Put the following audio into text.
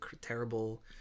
terrible